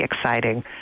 exciting